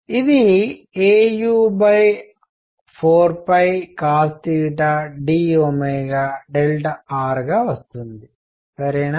ఇది au4cosdr గా వస్తుంది సరేనా